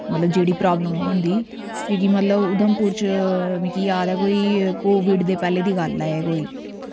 मतलव जेह्ड़ी प्राब्लम होंदी क्योंकि मतलव ऊधमपुर च मिकी याद ऐ कोई कोविड दे पैह्ले दी गल्ल ऐ कोई